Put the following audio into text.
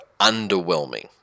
underwhelming